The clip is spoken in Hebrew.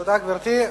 תודה, גברתי.